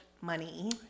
money